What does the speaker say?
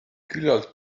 küllalt